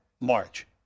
March